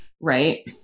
Right